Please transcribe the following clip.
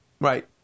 Right